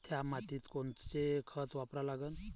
थ्या मातीत खतं कोनचे वापरा लागन?